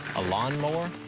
a lawn mower?